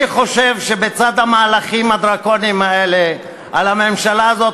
אני חושב שבצד המהלכים הדרקוניים האלה על הממשלה הזאת